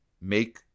make